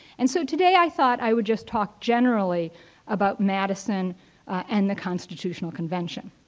and so, today, i thought i would just talk generally about madison and the constitutional convention.